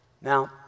Now